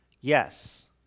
Yes